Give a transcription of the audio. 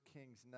Kings